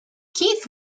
keith